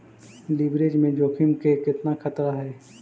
Leverage में जोखिम के केतना खतरा हइ?